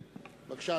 בבקשה,